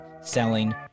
selling